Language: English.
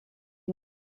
you